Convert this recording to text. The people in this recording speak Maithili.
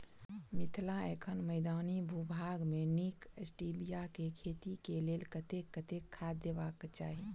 मिथिला एखन मैदानी भूभाग मे नीक स्टीबिया केँ खेती केँ लेल कतेक कतेक खाद देबाक चाहि?